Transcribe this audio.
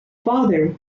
father